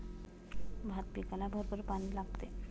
भात पिकाला भरपूर पाणी लागते